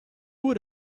would